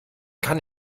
kann